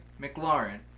McLaurin